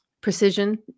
precision